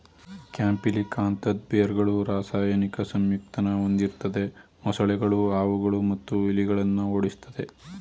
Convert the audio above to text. ಕ್ಯಾಂಪಿಲಿಕಾಂತದ್ ಬೇರ್ಗಳು ರಾಸಾಯನಿಕ ಸಂಯುಕ್ತನ ಹೊಂದಿರ್ತದೆ ಮೊಸಳೆಗಳು ಹಾವುಗಳು ಮತ್ತು ಇಲಿಗಳನ್ನ ಓಡಿಸ್ತದೆ